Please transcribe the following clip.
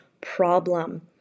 problem